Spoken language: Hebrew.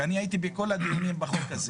ואני הייתי בכל הדיונים בחוק הזה